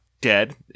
Dead